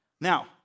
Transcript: Now